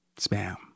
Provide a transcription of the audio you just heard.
Spam